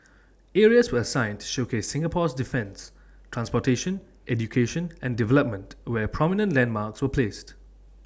areas were assigned to showcase Singapore's defence transportation education and development where prominent landmarks were placed